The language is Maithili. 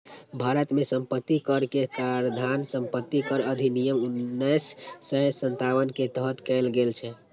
भारत मे संपत्ति कर के काराधान संपत्ति कर अधिनियम उन्नैस सय सत्तावन के तहत कैल गेल छै